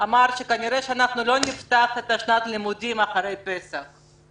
אמר שכנראה אנחנו לא נפתח את שנת הלימודים אחרי פסח.